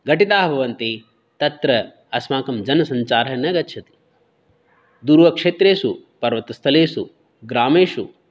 घटिताः भवन्ति तत्र अस्माकं जनसञ्चारः न गच्छति दूरक्षेत्रेषु पर्वतस्थलेसु ग्रामेषु